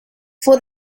for